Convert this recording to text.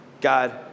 God